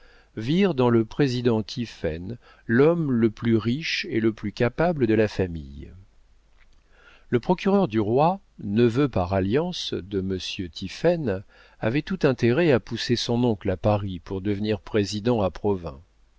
virent dans le président tiphaine l'homme le plus riche et le plus capable de la famille le procureur du roi neveu par alliance de monsieur tiphaine avait tout intérêt à pousser son oncle à paris pour devenir président à